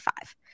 five